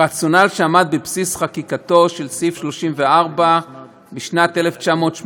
הרציונל שעמד בבסיס חקיקתו של סעיף 34 בשנת 1981